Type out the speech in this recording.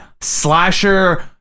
slasher